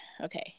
Okay